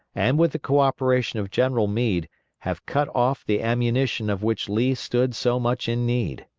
and with the co-operation of general meade have cut off the ammunition of which lee stood so much in need.